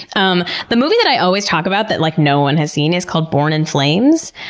um the move that i always talk about that like no one has seen is called born in flames.